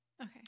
Okay